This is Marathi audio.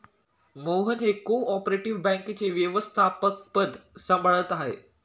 मोहन हे को ऑपरेटिव बँकेचे व्यवस्थापकपद सांभाळत आहेत